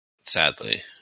Sadly